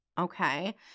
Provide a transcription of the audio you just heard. Okay